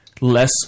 less